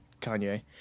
Kanye